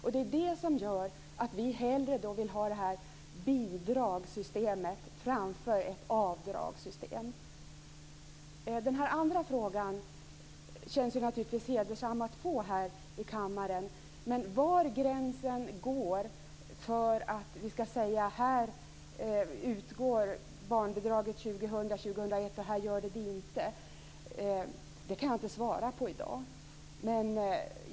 Det är det som gör att vi hellre vill ha bidragssystemet framför ett avdragssystem. Den andra frågan känns hedersam att få här i kammaren. Var gränsen går för att vi skall säga att här utgår barnbidraget som föreslås för år 2000 och 2001 och här gör det inte kan jag inte svara på i dag.